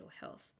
health